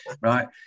Right